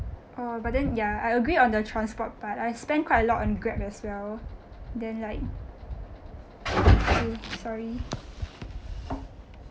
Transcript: oh but then ya I agree on the transport part I spent quite a lot on grab as well then like sorry